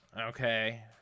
Okay